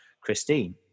Christine